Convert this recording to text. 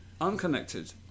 unconnected